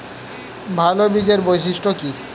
ভাল বীজের বৈশিষ্ট্য কী?